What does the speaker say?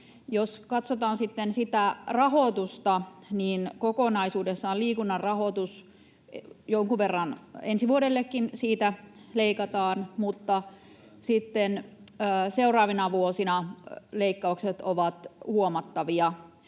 sitten sitä rahoitusta, niin kokonaisuudessaan liikunnan rahoituksesta jonkun verran ensi vuodellekin leikataan, mutta sitten seuraavina vuosina leikkaukset ovat huomattavia.